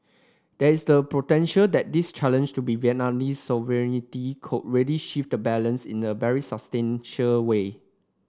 there is the potential that this challenge to Vietnamese sovereignty could really shift the balance in the very substantial way